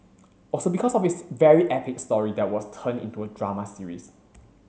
also because of his very epic story that was turned into a drama series